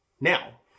Now